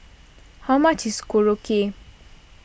how much is Korokke